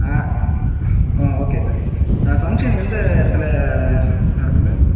ஆ ஆ okay sir ஆ function எந்த இடத்துல நடக்குது